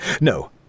No